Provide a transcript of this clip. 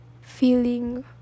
feeling